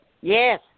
Yes